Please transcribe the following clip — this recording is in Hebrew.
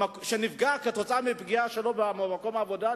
שנפגע עקב פגיעה במקום העבודה,